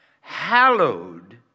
hallowed